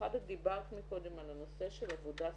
את דיברת קודם על הנושא של העבודה הסוציאלית,